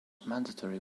mandatory